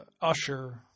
Usher